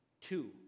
two